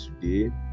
today